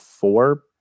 Four